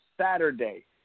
Saturday